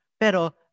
pero